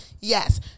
Yes